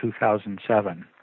2007